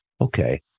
okay